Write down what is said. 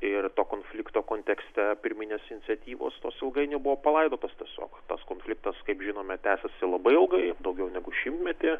ir to konflikto kontekste pirminės iniciatyvos tos ilgainiui buvo palaidotos tiesiog tas konfliktas kaip žinome tęsėsi labai ilgai daugiau negu šimtmetį